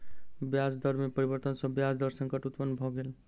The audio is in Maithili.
ब्याज दर में परिवर्तन सॅ ब्याज दर संकट उत्पन्न भ गेल